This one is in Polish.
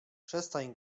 przestań